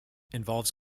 involves